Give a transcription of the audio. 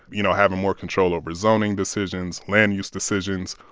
you know, having more control over zoning decisions, land use decisions,